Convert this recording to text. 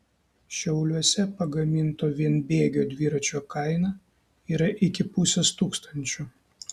šiauliuose pagaminto vienbėgio dviračio kaina yra iki pusės tūkstančio